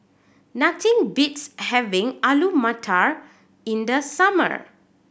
nothing beats having Alu Matar in the summer